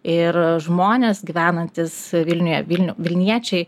ir žmonės gyvenantys vilniuje vilniu vilniečiai